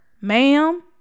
ma'am